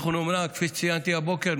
אומנם אנחנו, כפי שציינתי הבוקר,